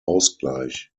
ausgleich